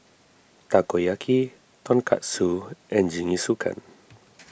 Takoyaki Tonkatsu and Jingisukan